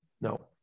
No